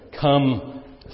come